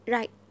Right